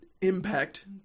impact